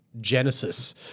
Genesis